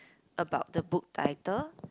about the book title